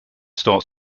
starts